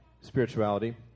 spirituality